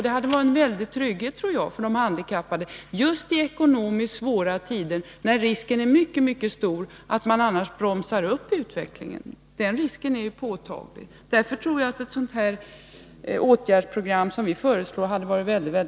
Det hade inneburit stor trygghet, tror jag, för de Nr 113 handikappade just i ekonomiskt svåra tider när risken är mycket stor att man annars bromsar upp utvecklingen. Den risken är ju påtaglig. Därför hade ett sådant åtgärdsprogram som vi föreslagit varit väldigt bra.